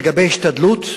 לגבי השתדלות,